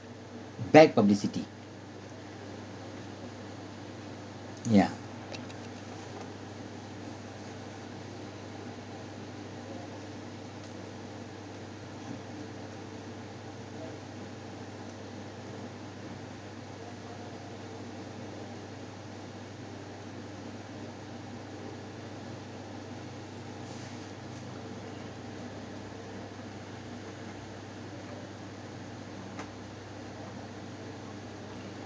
bad publicity yeah